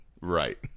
Right